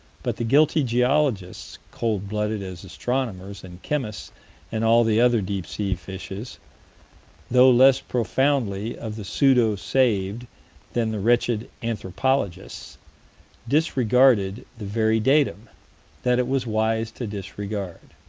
but the guilty geologists, cold-blooded as astronomers and chemists and all the other deep-sea fishes though less profoundly of the pseudo-saved than the wretched anthropologists disregarded the very datum that it was wise to disregard